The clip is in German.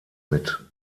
mit